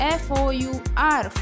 four